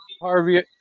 Harvey